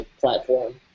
platform